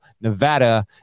Nevada